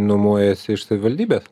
nuomojasi iš savivaldybės